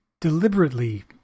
Deliberately